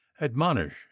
admonish